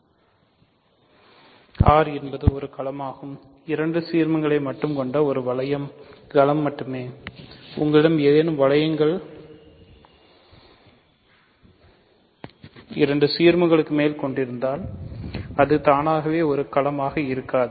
R என்பது ஒரு களமாகும் இரண்டு சீர்மங்களைக் மட்டும் கொண்ட ஒரு வளையம் இரண்டு சீர்மங்களுக்கு மேல் கொண்டிருந்தால் அது தானாகவே ஒரு களமாக இருக்காது